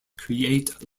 create